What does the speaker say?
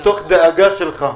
מתוך הדאגה שלך,